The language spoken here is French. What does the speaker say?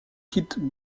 quitte